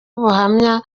ubuhamya